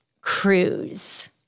cruise